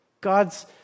God's